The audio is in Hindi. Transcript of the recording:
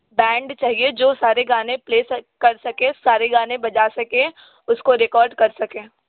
बैंड चाहिए जो सारे गाने प्ले सके कर सके सारे गाने बजा सके उसको रिकॉर्ड कर सके